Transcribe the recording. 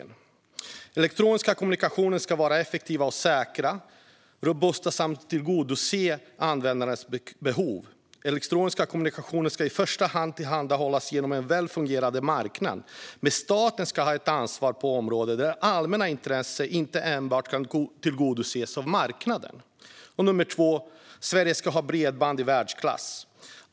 För det första ska elektroniska kommunikationer vara effektiva, säkra och robusta. De ska dessutom tillgodose användarnas behov. Elektroniska kommunikationer ska i första hand tillhandahållas genom en väl fungerande marknad, men staten ska ha ett ansvar på områden där allmänna intressen inte enbart kan tillgodoses av marknaden. För det andra ska Sverige ha bredband i världsklass.